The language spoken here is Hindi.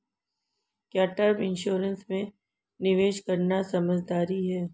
क्या टर्म इंश्योरेंस में निवेश करना समझदारी है?